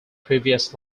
previous